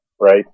right